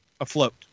afloat